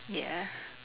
ya